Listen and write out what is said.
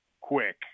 Quick